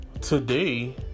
today